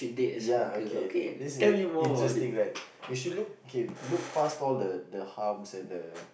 ya okay this is interesting right you should look okay look past all the the harms and the